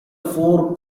four